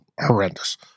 horrendous